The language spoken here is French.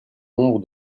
nombre